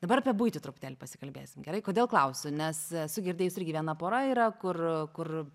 dabar apie buitį truputėlį pasikalbėsim gerai kodėl klausiu nes esu girdėjus irgi viena pora yra kur kur